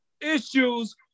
issues